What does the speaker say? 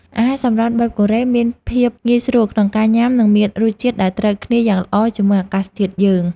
អាហារសម្រន់បែបកូរ៉េមានភាពងាយស្រួលក្នុងការញ៉ាំនិងមានរសជាតិដែលត្រូវគ្នាយ៉ាងល្អជាមួយអាកាសធាតុយើង។